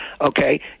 okay